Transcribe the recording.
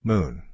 Moon